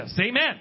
Amen